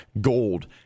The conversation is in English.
gold